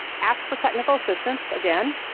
ask for technical assistance, again,